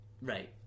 right